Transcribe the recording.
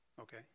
Okay